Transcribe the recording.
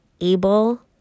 able